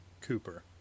Cooper